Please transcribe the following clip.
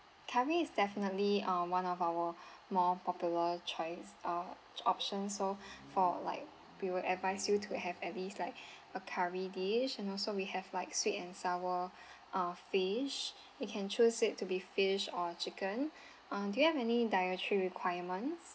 curry is definitely um one of our more popular choice uh option so for like we will advise you to have at least like a curry dish and also we have like sweet and sour uh fish you can choose it to be fish or chicken uh do you have any dietary requirements